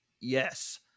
yes